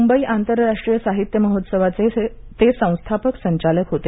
मुंबई आंतरराष्ट्रीय साहित्य महोत्सवाचे ते संस्थापक संचालक होते